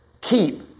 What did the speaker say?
keep